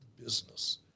business